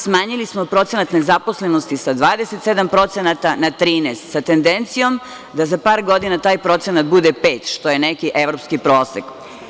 Smanjili smo procenat nezaposlenosti sa 27% na 13%, sa tendencijom da za par godina taj procenat bude 5%, što je evropski prosek.